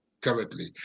currently